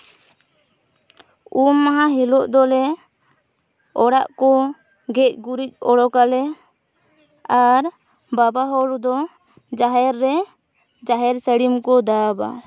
ᱩᱢ ᱢᱟᱦᱟ ᱦᱤᱞᱳᱜ ᱫᱚᱞᱮ ᱚᱲᱟᱜ ᱠᱚ ᱜᱮᱡ ᱜᱩᱨᱤᱡ ᱚᱰᱚᱠᱟᱞᱮ ᱟᱨ ᱵᱟᱵᱟ ᱦᱚᱲ ᱫᱚ ᱡᱟᱦᱮᱨ ᱨᱮ ᱡᱟᱦᱮᱨ ᱥᱟᱹᱲᱤᱢ ᱠᱚ ᱫᱟᱵᱟ